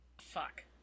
Fuck